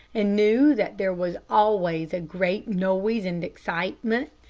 and knew that there was always a great noise and excitement.